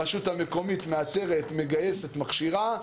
הרשות המקומית מאתרת, מגייסת, מכשירה.